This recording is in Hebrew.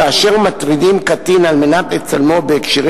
כאשר מטרידים קטין כדי לצלמו בהקשרים